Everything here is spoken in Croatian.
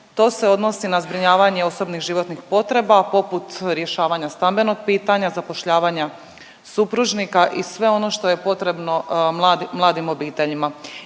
To se odnosi na zbrinjavanje osobnih životnih potreba poput rješavanja stambenog pitanja, zapošljavanja supružnika i sve ono što je potrebno mladim obiteljima.